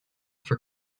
for